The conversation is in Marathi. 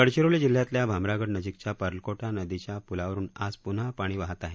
गडचिरोली जिल्ह्यातल्या भामरागड नजीकच्या पर्लकोटा नदीच्या पूलावरून आज पुन्हा पाणी वाहत आहे